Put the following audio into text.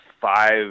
five